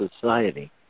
Society